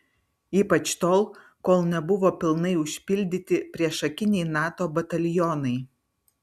ypač tol kol nebuvo pilnai užpildyti priešakiniai nato batalionai